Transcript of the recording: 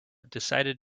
decided